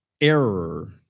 error